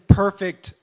perfect